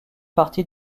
partie